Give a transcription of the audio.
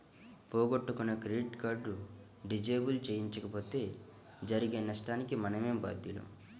పోగొట్టుకున్న credit card disable చేయించకపోతే జరిగే నష్టానికి మనమే బాధ్యులం